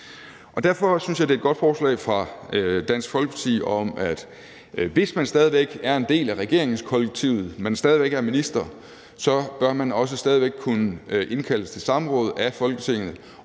Derfor synes jeg, det er et godt forslag fra Dansk Folkeparti om, at hvis man stadig væk er en del af regeringskollektivet, hvis man stadig væk er minister, bør man også stadig væk kunne indkaldes til samråd af Folketinget